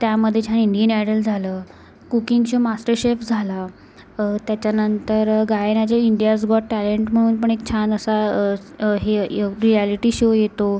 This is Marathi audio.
त्यामध्ये छान इंडियन आयडल झालं कुकिंगचे मास्टरशेफ झालं त्याच्यानंतर गायनाचे इंडियाज गॉट टॅलेंट म्हणून पण एक छान असा हे यव् रिॲलिटी शो येतो